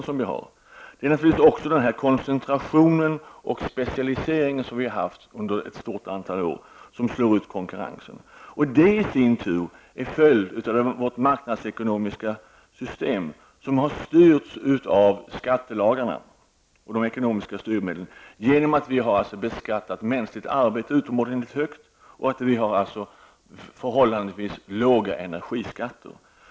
Jo, det är naturligtvis den koncentration och specialisering som vi har haft under ett stort antal år och som slår ut konkurrensen. Detta är i sin tur en följd av vårt marknadsekonomiska system som har styrts av skattelagarna och ekonomiska styrmedel. Vi har beskattat mänskligt arbete utomordentligt högt och har förhållandevis låga energiskatter.